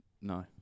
no